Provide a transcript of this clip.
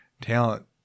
Talent